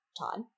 todd